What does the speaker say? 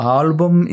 album